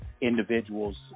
individuals